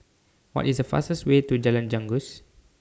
What IS The fastest Way to Jalan Janggus